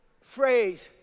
phrase